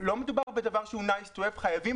לא מדובר פה בדבר שהואnice to have ישראל חייבת להשקיע,